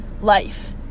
life